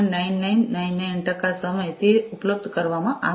9999 ટકા સમય તે ઉપલબ્ધ કરવામાં આવે છે